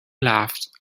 laughed